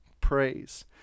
praise